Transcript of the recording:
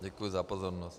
Děkuji za pozornost.